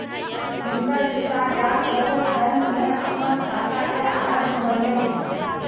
हुनकर पिता डाक बचत बैंक में अपन खाता के आरम्भ कयलैन